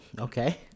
Okay